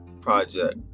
project